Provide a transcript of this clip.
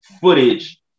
footage